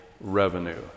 revenue